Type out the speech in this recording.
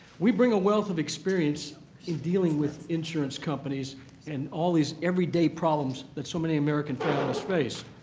we bring a wealth of experience in dealing with insurance companies and all these everyday problems that so many american families face.